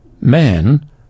Man